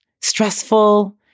Stressful